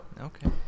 Okay